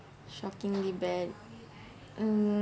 shockingly bad mm